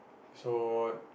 so